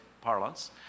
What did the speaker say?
parlance